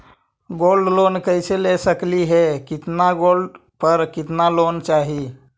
Gold loan कैसे ले सकली हे, कितना गोल्ड पर कितना लोन चाही?